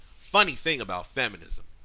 funny thing about feminism.